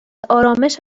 آرامش